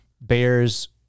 Bears